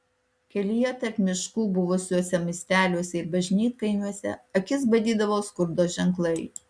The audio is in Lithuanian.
kelyje tarp miškų buvusiuose miesteliuose ir bažnytkaimiuose akis badydavo skurdo ženklai